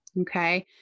okay